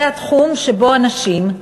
זה התחום שבו אנשים,